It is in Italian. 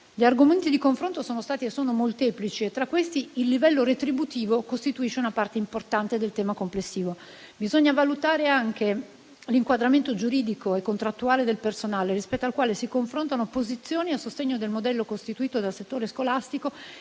Gli argomenti di confronto sono stati e sono molteplici e tra questi il livello retributivo costituisce una parte importante del tema complessivo. Bisogna valutare anche l'inquadramento giuridico e contrattuale del personale, rispetto al quale si confrontano posizioni a sostegno del modello costituito dal settore scolastico